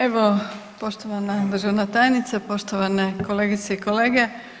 Evo poštovana državna tajnice, poštovane kolegice i kolege.